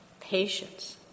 patience